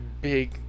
Big